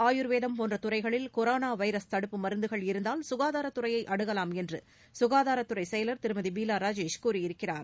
ஆயுர்வேதம் போன்ற துறைகளில் கொரோனா வைரஸ் தடுப்பு மருந்துகள் இருந்தால் சுகாதாரத்துறையை அணுகலாம் என்று சுகாதாரத்துறை செயலர் திருமதி பீலா ராஜேஷ் கூறியிருக்கிறார்